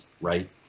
right